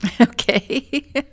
Okay